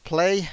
Play